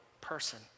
person